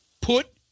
put